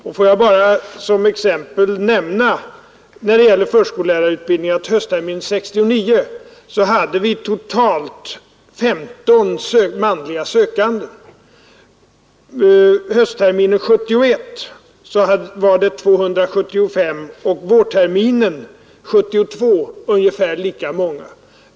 Jag vill bara från förskollärarutbildningen nämna som exempel att vi höstterminen 1969 hade totalt 15 manliga sökande, höstterminen 1971 hade vi 275 och vårterminen 1972 ungefär lika många.